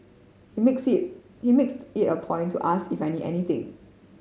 he makes it he makes it a point to ask if I need anything